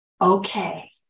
okay